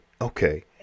Okay